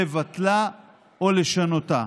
לבטלה או לשנותה.